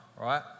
right